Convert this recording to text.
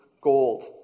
gold